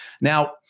Now